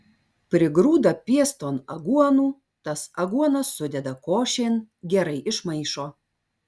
prigrūda pieston aguonų tas aguonas sudeda košėn gerai išmaišo